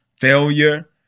failure